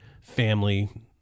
family